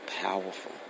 powerful